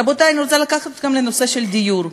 רבותי, אני רוצה לקחת אתכם לנושא הדיור.